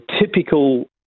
typical